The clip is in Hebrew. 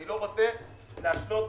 אני לא רוצה להשלות,